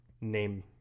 name